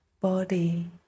body